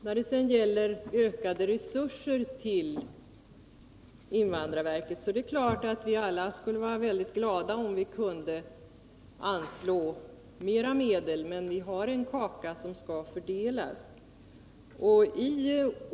Vi skulle naturligtvis alla vara glada om vi kunde anslå mera medel till invandrarverket. Men den kaka vi har att fördela är begränsad.